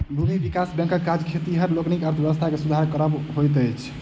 भूमि विकास बैंकक काज खेतिहर लोकनिक अर्थव्यवस्था के सुधार करब होइत अछि